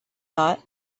thought